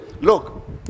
Look